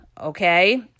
okay